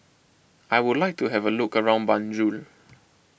I would like to have a look around Banjul